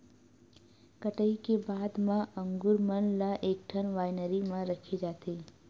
कटई के बाद म अंगुर मन ल एकठन वाइनरी म रखे जाथे